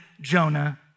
Jonah